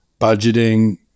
budgeting